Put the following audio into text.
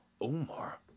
Omar